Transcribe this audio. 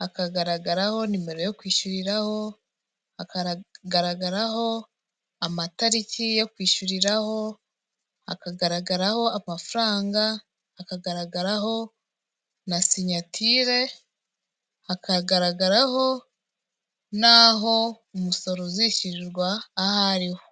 hakagaragaraho nimero yo kwishuriraho, hakagaragaraho amatariki yo kwishyuriraho, hakagaragaraho amafaranga, hakagaragaraho na sinyatire, hakagaragaraho n'aho umusoro uzishyurirwa aho ariho.